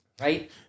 Right